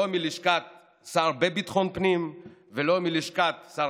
לא מלשכת השר לביטחון פנים ולא מלשכת שר